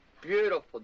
beautiful